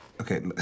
Okay